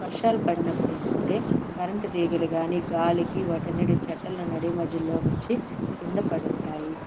వర్షాలు పడినప్పుడు ఏంటంటే కరెంటు తీగలు కాని గాలికి వాటన్నిటి చెట్ల నడి మధ్యలోనించి కింద పడుంటాయి